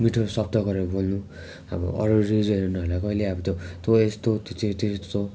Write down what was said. अब मिठो शब्द गरेर बोल्नु अब अरू रिलिजनहरूलाई कहिल्यै अब त्यो तँ यस्तो